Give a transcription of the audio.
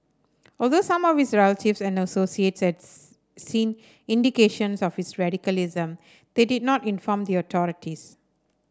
although some of his relatives and associates seen indications of his radicalism they did not inform their authorities